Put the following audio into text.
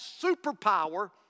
superpower